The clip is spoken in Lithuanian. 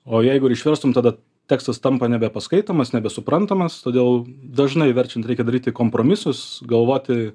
o jeigu ir išverstum tada tekstas tampa nebe paskaitomas nebesuprantamas todėl dažnai verčiant reikia daryti kompromisus galvoti